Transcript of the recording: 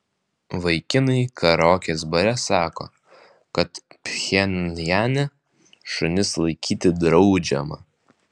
vaikinai karaokės bare sako kad pchenjane šunis laikyti draudžiama